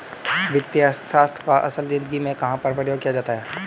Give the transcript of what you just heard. वित्तीय अर्थशास्त्र का असल ज़िंदगी में कहाँ पर प्रयोग किया जा सकता है?